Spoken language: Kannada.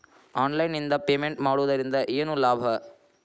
ಆನ್ಲೈನ್ ನಿಂದ ಪೇಮೆಂಟ್ ಮಾಡುವುದರಿಂದ ಏನು ಲಾಭ?